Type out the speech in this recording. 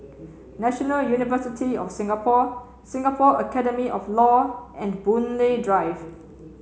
National University of Singapore Singapore Academy of Law and Boon Lay Drive